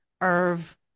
Irv